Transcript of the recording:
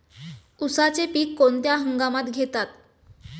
उसाचे पीक कोणत्या हंगामात घेतात?